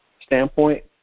standpoint